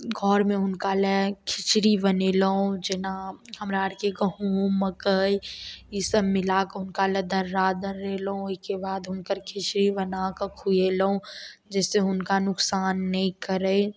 घरमे हुनका लए खिचड़ी बनेलहुॅं जेना हमरा आरके गहूॅंम मकइ ई सभ मिलाकऽ हुनका लए दर्रा दर्रेलहुॅं ओहिके बाद हुनकर खिचड़ी बनाकऽ खुएलहुॅं जइसे हुनका नुकसान नहि करै